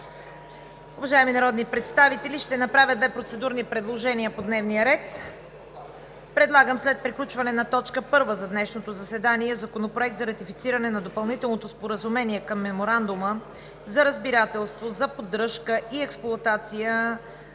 Уважаеми народни представители, ще направя две процедурни предложения по дневния ред. Предлагам след приключване на точка първа за днешното заседание – Законопроект за ратифициране на Допълнителното споразумение към Меморандума за разбирателство за поддръжка и експлоатация